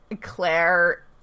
Claire